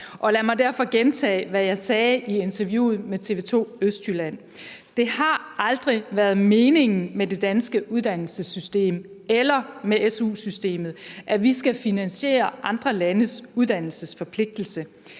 Lad mig derfor gentage, hvad jeg sagde i interviewet med TV 2/Øst Jylland: Det har aldrig været meningen med det danske uddannelsessystem eller SU-systemet, at vi skal finansiere andre landes uddannelsesforpligtelse.